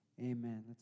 Amen